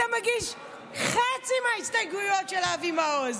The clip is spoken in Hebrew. מגיש חצי מההסתייגויות של אבי מעוז.